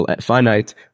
finite